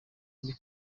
muri